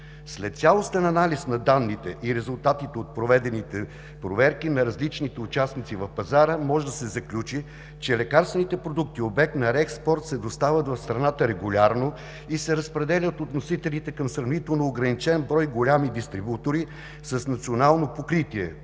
След цялостен анализ на данните и резултатите от проведените проверки на различните участници в пазара може да се заключи, че лекарствените продукти – обект на реекспорт, се доставят в страната регулярно и се разпределят от вносителите към сравнително ограничен брой големи дистрибутори с национално покритие,